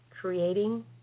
creating